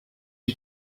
you